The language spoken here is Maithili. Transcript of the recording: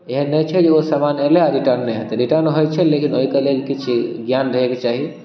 एहन नहि छै जे ओ समान अएलै आओर रिटर्न नहि हेतै रिटर्न होइ छै लेकिन ओहिके लेल किछु ज्ञान रहैके चाही